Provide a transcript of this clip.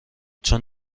چون